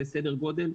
סדר גודל,